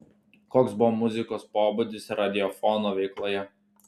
koks buvo muzikos pobūdis radiofono veikloje